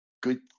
good